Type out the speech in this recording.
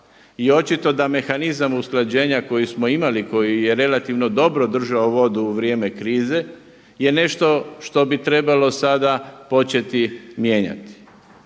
i očito da mehanizam usklađenja koji smo imali, koji je relativno dobro držao vodu u vrijeme krize je nešto što bi trebalo sada početi mijenjati.